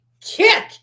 kick